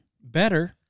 better